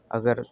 अगर